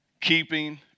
keeping